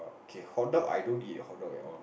K hotdog I don't eat hotdog at all